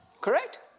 Correct